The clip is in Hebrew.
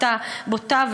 הסתה בוטה.